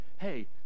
hey